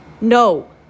No